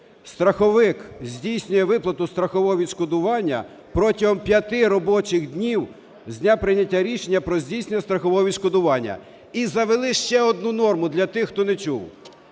страховик здійснює виплату страхового відшкодування протягом 5 робочих днів з дня прийняття рішення про здійснення страхового відшкодування". І завели ще одну норму, для тих, хто не чув: